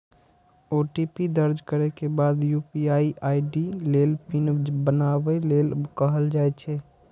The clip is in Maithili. ओ.टी.पी दर्ज करै के बाद यू.पी.आई आई.डी लेल पिन बनाबै लेल कहल जाइ छै